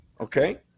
Okay